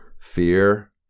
fear